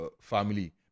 family